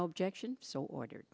no objection so ordered